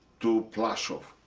to plaszow.